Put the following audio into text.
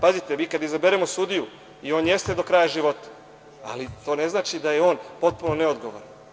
Pazite, mi kada izaberemo sudiju, i on jeste do kraja života, ali to ne znači da je on potpuno neodgovoran.